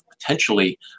potentially